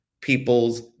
people's